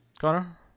Connor